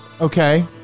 Okay